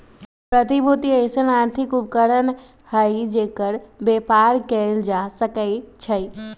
प्रतिभूति अइसँन आर्थिक उपकरण हइ जेकर बेपार कएल जा सकै छइ